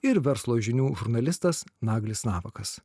ir verslo žinių žurnalistas naglis navakas